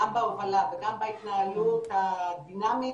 גם בהובלה וגם בהתנהלות הדינמית,